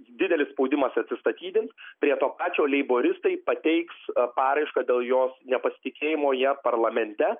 didelis spaudimas atsistatydint prie to pačio leiboristai pateiks paraišką dėl jos nepasitikėjimo ja parlamente